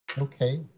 Okay